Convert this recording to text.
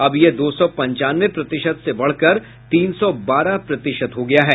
अब यह दो सौ पंचानवे प्रतिशत से बढ़कर तीन सौ बारह प्रतिशत हो गया है